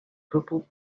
purple